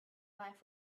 life